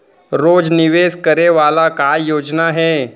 रोज निवेश करे वाला का योजना हे?